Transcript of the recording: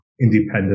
independent